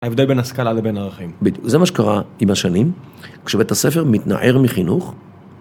ההבדל בין השכלה לבין הערכים. בדיוק. זה מה שקרה עם השנים, כשבית הספר מתנער מחינוך.